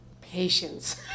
Patience